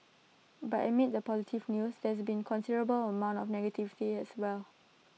but amid the positive news there's been A considerable amount of negativity as well